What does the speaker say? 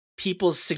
people's